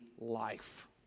life